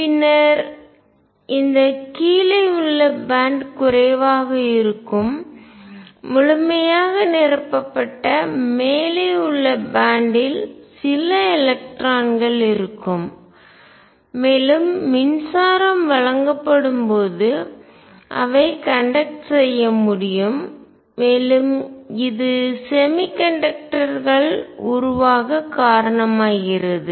பின்னர் இந்த கீழே உள்ள பேண்ட் குறைவாக இருக்கும் முழுமையாக நிரப்பப்பட்ட மேலே உள்ள பேண்ட் ல் சில எலக்ட்ரான்கள் இருக்கும் மேலும் மின்சாரம் வழங்கப்படும்போது அவை கண்டக்ட் செய்ய முடியும் மேலும் இது செமிகண்டக்டர்கள் குறைக்கடத்தி உருவாக காரணமாகிறது